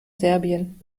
serbien